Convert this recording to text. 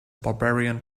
barbarian